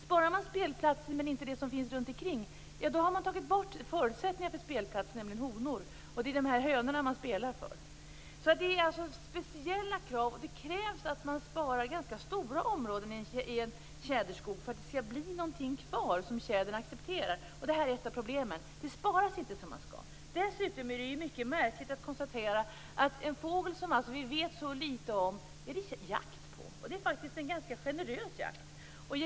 Sparar man spelplatsen men inte det som finns runtomkring har man tagit bort förutsättningen för spelplatsen, nämligen honor. Det är hönorna som hanarna spelar för. Det är speciella krav. Det krävs att man sparar ganska stora områden i tjäderskog för att det skall bli någonting kvar som tjädern accepterar. Det är ett av problemen. Det sparas inte som man skall. Dessutom är det mycket märkligt att konstatera att det är jakt på en fågel som vi vet så litet om. Det är faktiskt en ganska generös jakt.